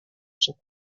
sont